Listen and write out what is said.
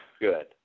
Good